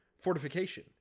fortification